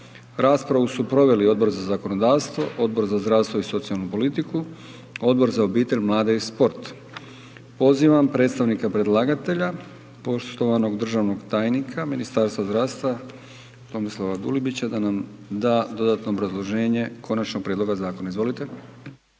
Raspravu su proveli Odbor za zakonodavstvo, Odbor za zdravstvo i socijalnu politiku, Odbor za obitelj, mlade i sport. Pozivam predstavnika predlagatelja, poštovanog državnog tajnika, Ministarstva zdravstva, Tomislava Dulibića, da nam da dodatno obrazloženje konačnog prijedloga zakona, izvolite.